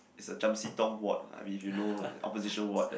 it's a Chiam-See-Tong ward ah I mean if you know opposition ward that